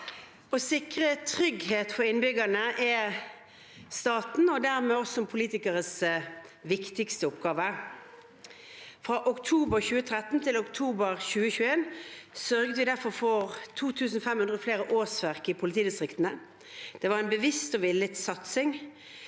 Å sikre trygghet for innbyggerne er statens og dermed politikernes viktigste oppgave. Fra oktober 2013 til oktober 2021 sørget vi derfor for 2 500 flere årsverk i politidistriktene. Det var en bevisst og villet satsing